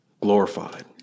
glorified